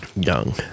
young